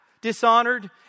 dishonored